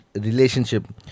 relationship